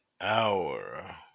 hour